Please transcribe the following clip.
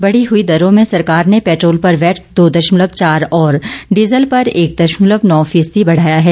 बढ़ी हुई दरों में सरकार ने पेट्रोल पर वैट दो दशमलव चार और डीजल पर एक दशमलव नौ फीसदी बढ़ाया है